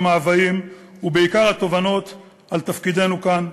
המאוויים ובעיקר התובנות על תפקידנו כאן,